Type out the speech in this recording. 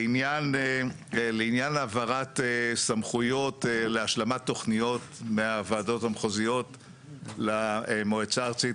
לעניין העברת סמכויות להשלמת תוכניות מהוועדות המחוזיות למועצה הארצית,